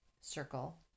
circle